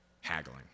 haggling